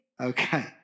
Okay